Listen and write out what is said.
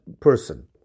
person